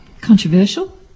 Controversial